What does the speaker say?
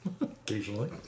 Occasionally